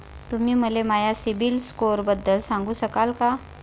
तुम्ही मले माया सीबील स्कोअरबद्दल सांगू शकाल का?